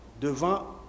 devant